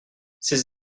ces